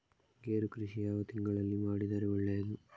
ಗೇರು ಕೃಷಿ ಯಾವ ತಿಂಗಳಲ್ಲಿ ಮಾಡಿದರೆ ಒಳ್ಳೆಯದು?